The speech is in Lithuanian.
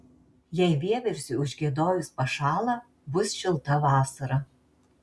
jei vieversiui užgiedojus pašąla bus šilta vasara